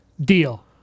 Deal